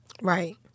Right